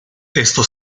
esto